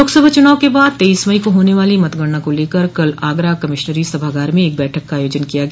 लोकसभा चुनाव के बाद तेईस मई को होने वाली मतगणना को लेकर कल आगरा कमिश्नरी सभागार में एक बैठक का आयोजन किया गया